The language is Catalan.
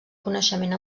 coneixement